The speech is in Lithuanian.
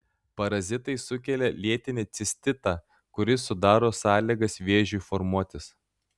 parazitai sukelia lėtinį cistitą kuris sudaro sąlygas vėžiui formuotis